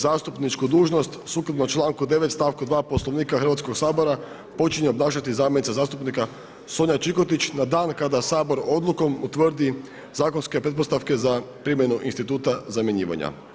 Zastupničku dužnost sukladno članku 9. stavku 2. Poslovnika Hrvatskog sabora počinje obnašati zamjenica zastupnika Sonja Čikotić na dan kada Sabor odlukom utvrdi zakonske pretpostavke za primjenu instituta zamjenjivanja.